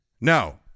No